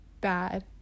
bad